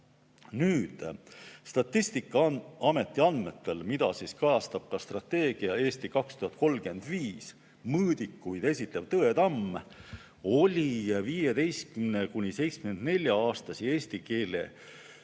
Nüüd, Statistikaameti andmetel, mida kajastab ka strateegia "Eesti 2035" mõõdikuid esitlev Tõetamm, oli 15–74‑aastasi eesti keelt